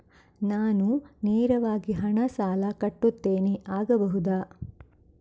ನಾನು ನೇರವಾಗಿ ಹಣ ಸಾಲ ಕಟ್ಟುತ್ತೇನೆ ಆಗಬಹುದ?